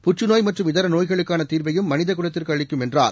புற்றுநோய் மற்றும் இதர நோய்களுக்கான தீர்வையும் மனித குலத்திற்கு அளிக்கும் என்றார்